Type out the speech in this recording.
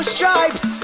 Stripes